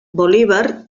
bolívar